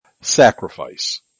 Sacrifice